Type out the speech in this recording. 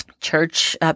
church